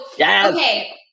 okay